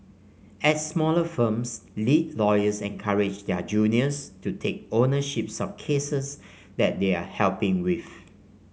at smaller firms lead lawyers encourage their juniors to take ownership of cases that they are helping with